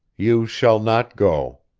you shall not go.